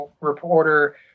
reporter